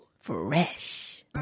Fresh